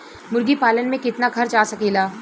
मुर्गी पालन में कितना खर्च आ सकेला?